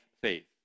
faith